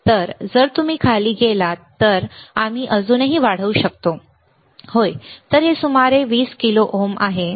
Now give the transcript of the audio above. तर जर तुम्ही खाली गेलात तर आम्ही अजूनही पाहू शकतो होय तर हे सुमारे 20 किलो ओम आहे